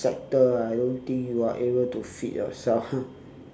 sector I don't think you are able to feed yourself